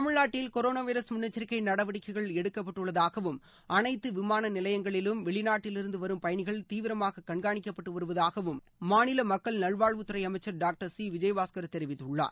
தமிழ்நாட்டில் corona virus முன்னெச்சரிக்கை நடவடிக்கைகள் எடுக்கப்பட்டுள்ளதாகவும் அனைத்து விமான நிலையங்களிலும் வெளிநாட்டிலிருந்து வரும் பயனிகள் தீவிரமாக கண்காணிக்கப்பட்டு வருவதாகவும் மாநில மக்கள் நல்வாழ்வுத்துறை அமைச்சர் டாக்டர் சி விஜயபாஸ்கர் தெரிவித்திருக்கிறார்